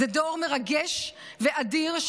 זה דור מרגש ואדיר,